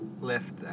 left